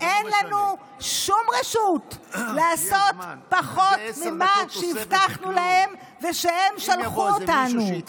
אין לנו שום רשות לעשות פחות ממה שהבטחנו להם ושהם שלחו אותנו.